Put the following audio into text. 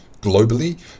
globally